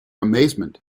amazement